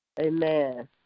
Amen